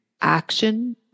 action